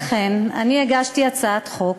לכן, אני הגשתי הצעת חוק,